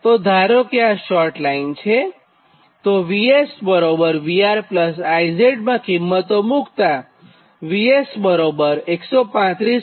તો ધારો કે આ શોર્ટ લાઇન છે તો VS VRIZ માં કિંમતો મુક્તાં VS 135